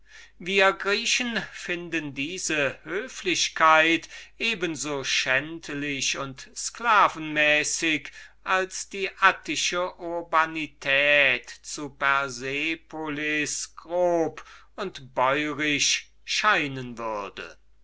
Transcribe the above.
den griechen würde diese höflichkeit für eben so schändlich und sklavenmäßig gehalten werden als die attische politesse zu persepolis grob und bäurisch scheinen würde